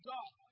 God